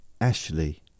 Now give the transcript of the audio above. Ashley